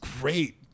great